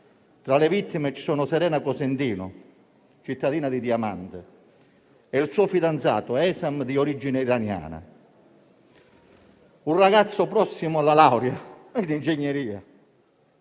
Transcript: Tra le vittime ci sono Serena Cosentino, cittadina di Diamante, e il suo fidanzato Hesam, di origine iraniana, un ragazzo prossimo alla laurea in ingegneria,